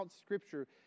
scripture